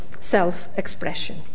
self-expression